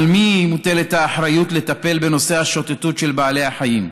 על מי מוטלת האחריות לטפל בנושא השוטטות של בעלי החיים,